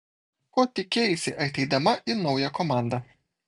ko tikėjaisi ateidama į naują komandą